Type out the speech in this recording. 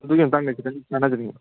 ꯑꯗꯨꯒꯤ ꯃꯇꯥꯡꯗ ꯈꯤꯇꯪ ꯇꯥꯅꯖꯅꯤꯡꯕ